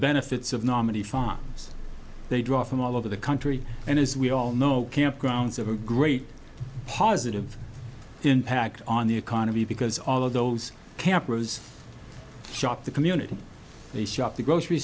benefits of nominee farms they draw from all over the country and as we all know campgrounds have a great positive impact on the economy because all of those campers shop the community they shop the grocery